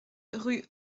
rue